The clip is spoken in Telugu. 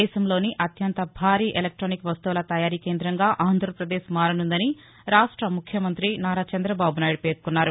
దేశంలోని ఆత్యంత భారీ ఎలాక్షానిక్ వస్తువుల తయారీ కేందంగా ఆంధ్రపదేశ్ మారనుందని రాష్ట ముఖ్యమంతి నారా చందబాబు నాయుడు పేర్కొన్నారు